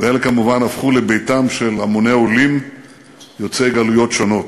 ואלה כמובן הפכו לביתם של המוני עולים יוצאי גלויות שונות.